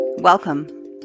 Welcome